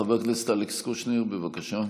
חבר הכנסת אלכס קושניר, בבקשה.